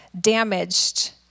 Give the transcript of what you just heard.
damaged